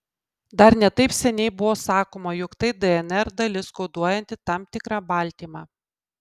dar ne taip seniai buvo sakoma jog tai dnr dalis koduojanti tam tikrą baltymą